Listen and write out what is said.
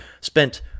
spent